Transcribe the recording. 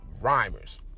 rhymers